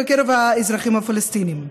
בקרב האזרחים הפלסטינים.